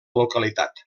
localitat